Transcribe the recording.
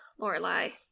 Lorelai